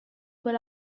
quel